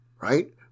right